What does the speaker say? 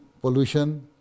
pollution